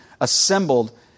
assembled